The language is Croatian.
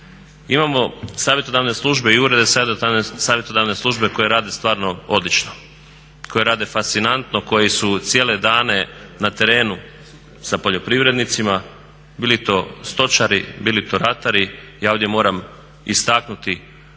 Imamo savjetodavne službe i urede savjetodavne službe koji rade stvarno odlično, koji rade fascinantno, koji su cijele dane na terenu sa poljoprivrednicima, bili to stočari, bili to ratari. Ja ovdje moram istaknuti